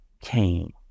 came